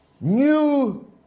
new